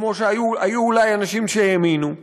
כמו שהיו אולי אנשים שהאמינו,